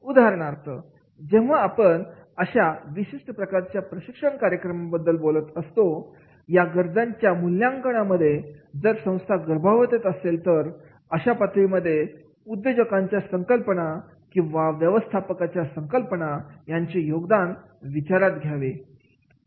उदाहरणार्थ जेव्हा आपण अशा विशिष्ट प्रकारच्या प्रशिक्षण कार्यक्रमाबद्दल बोलत असतो या गरजांच्या मूल्यांकन यामध्ये जर संस्था गर्भावस्थेत असेल तरअशा पातळीमध्ये उद्योजकाच्या संकल्पना किंवा व्यवस्थापनाच्या संकल्पनायांचे योगदान विचारात घेतले जावे